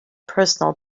personal